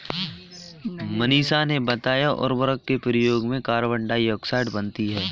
मनीषा ने बताया उर्वरक के प्रयोग से कार्बन डाइऑक्साइड बनती है